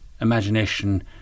imagination